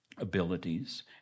Abilities